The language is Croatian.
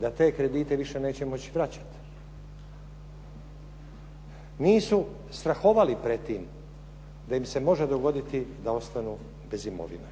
da te kredite više neće moći vraćati. Nisu strahovali pred tim da im se može dogoditi da ostanu bez imovine.